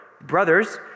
brothers